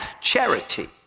charity